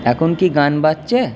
এখন কি গান বাজছে